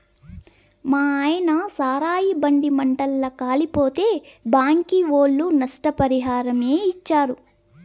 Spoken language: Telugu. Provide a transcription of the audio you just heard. మాయన్న సారాయి బండి మంటల్ల కాలిపోతే బ్యాంకీ ఒళ్ళు నష్టపరిహారమిచ్చారు